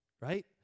right